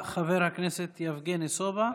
אגב,